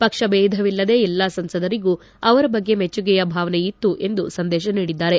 ಪಕ್ಷ ದೇಧವಿಲ್ಲದೆ ಎಲ್ಲಾ ಸಂಸದರಿಗೂ ಅವರ ಬಗ್ಗೆ ಮೆಚ್ಚುಗೆಯ ಭಾವನೆಯಿತ್ತು ಎಂದು ಸಂದೇಶ ನೀಡಿದ್ದಾರೆ